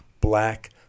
Black